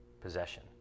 possession